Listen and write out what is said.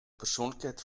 persoonlijkheid